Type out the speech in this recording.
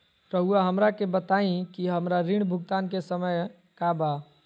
रहुआ हमरा के बताइं कि हमरा ऋण भुगतान के समय का बा?